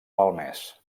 malmès